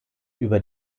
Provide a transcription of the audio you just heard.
über